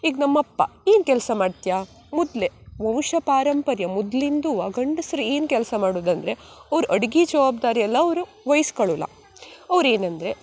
ಈಗ ನಮ್ಮ ಅಪ್ಪ ಏನು ಕೆಲಸ ಮಾಡ್ತ್ಯ ಮುತ್ಲೆ ವಂಶ ಪಾರಂಪರ್ಯ ಮುದ್ಲಿಂದೂ ಗಂಡಸರು ಏನು ಕೆಲಸ ಮಾಡುದಂದರೆ ಅವ್ರು ಅಡ್ಗೆ ಜವಾಬ್ದಾರಿ ಎಲ್ಲ ಅವರು ವೈಸ್ಕಳ್ಳುಲ್ಲ ಅವ್ರು ಏನಂದರೆ